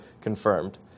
confirmed